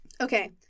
Okay